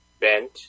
bent